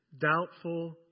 doubtful